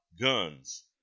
guns